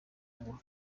ngo